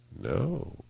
No